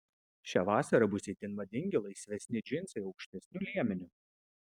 šią vasarą bus itin madingi laisvesni džinsai aukštesniu liemeniu